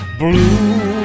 blue